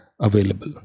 available